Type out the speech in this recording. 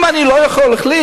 אם אני לא יכול להחליט,